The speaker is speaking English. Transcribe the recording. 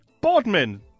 Bodmin